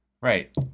right